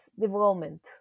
development